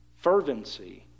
Fervency